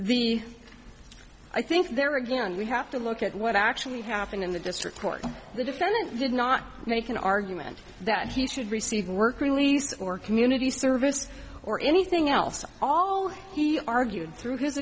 the i think there again we have to look at what actually happened in the district court the defendant did not make an argument that he should receive work release or community service or anything else all he argued through his